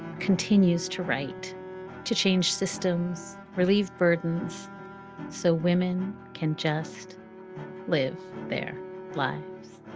continues to write to change systems, relieve burdens so women can just live their life